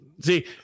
See